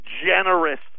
generous